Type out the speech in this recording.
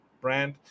brand